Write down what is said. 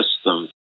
system